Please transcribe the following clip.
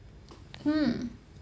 mm